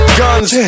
guns